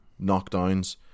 knockdowns